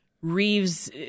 Reeves